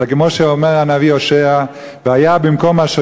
אלא כמו שאומר הנביא הושע: "והיה בִּמְקוֹם אשר